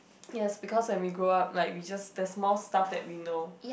yes because when we grow up like we just there is more stuff that we know